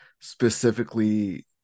specifically